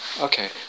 Okay